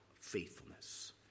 faithfulness